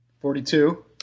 Forty-two